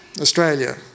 Australia